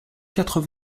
quatre